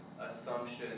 assumption